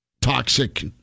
toxic